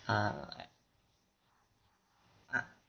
uh uh